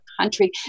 country